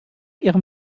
ihrem